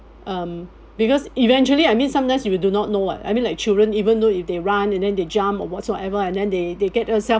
um because eventually I mean sometimes you do not know what I mean like children even though if they run and then they jump or whatsoever and then they they get herself